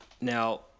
Now